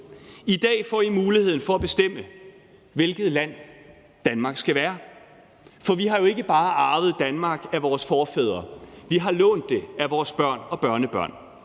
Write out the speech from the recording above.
I dag får I muligheden for at bestemme, hvilket land Danmark skal være. For vi har jo ikke bare arvet Danmark af vores forfædre. Vi har lånt det af vores børn og børnebørn,